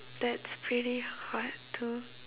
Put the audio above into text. that's pretty hard to